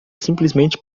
simplesmente